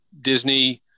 Disney